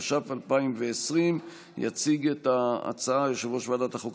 התש"ף 2020. יציג את ההצעה יושב-ראש ועדת החוקה,